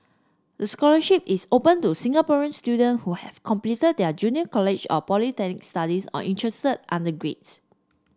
the scholarship is open to Singaporean student who have completed their junior college or polytechnic studies or interested undergraduates